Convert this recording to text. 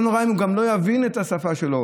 לא נורא שגם לא יבינו אחד את השפה של השני.